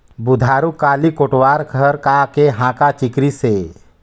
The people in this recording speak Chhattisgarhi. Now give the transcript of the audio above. बुधारू काली कोटवार हर का के हाँका चिकरिस हे?